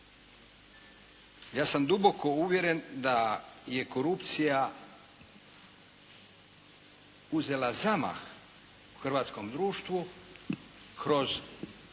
Ja sam duboko uvjeren da je korupcija uzela zamah u hrvatskom društvu kroz pretvorbu